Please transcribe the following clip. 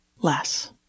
less